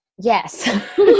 yes